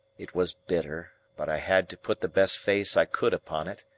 it was bitter, but i had to put the best face i could upon it.